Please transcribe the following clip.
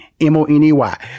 M-O-N-E-Y